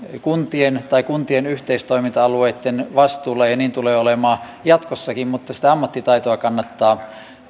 kuntien tai kuntien yhteistoiminta alueitten vastuulla ja niin tulee olemaan jatkossakin mutta sitä ammattitaitoa kannattaa